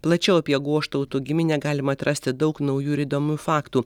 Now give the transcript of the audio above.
plačiau apie goštautų giminę galima atrasti daug naujų ir įdomių faktų